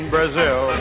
Brazil